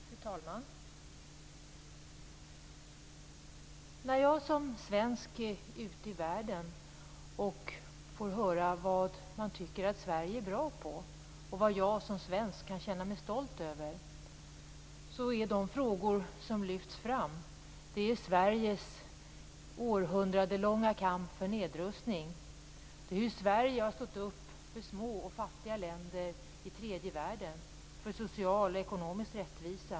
Fru talman! När jag som svensk är ute i världen och får höra vad man tycker att Sverige är bra på och vad jag som svensk kan känna mig stolt över är de frågor som lyfts fram Sveriges århundradelånga kamp för nedrustning. Det är hur Sverige har stått upp för små och fattiga länder i tredje världen, för social och ekonomisk rättvisa.